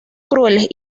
crueles